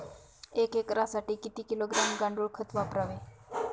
एक एकरसाठी किती किलोग्रॅम गांडूळ खत वापरावे?